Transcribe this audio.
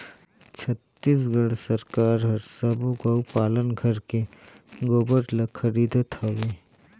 छत्तीसगढ़ सरकार हर सबो गउ पालन घर के गोबर ल खरीदत हवे